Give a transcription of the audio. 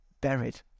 buried